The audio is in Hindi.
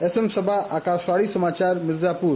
एसएमसबा आकाशवाणी समाचार मिर्जापुर